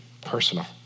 personal